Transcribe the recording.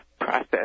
process